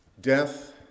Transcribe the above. Death